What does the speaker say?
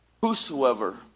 whosoever